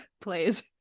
plays